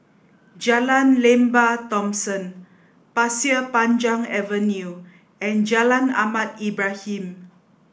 Jalan Lembah Thomson Pasir Panjang Avenue and Jalan Ahmad Ibrahim